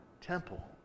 temple